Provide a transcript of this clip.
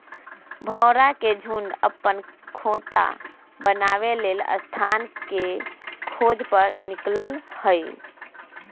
भौरा के झुण्ड अप्पन खोता बनाबे लेल स्थान के खोज पर निकलल हइ